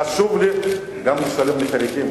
חשוב גם לי לשלם לחרדים,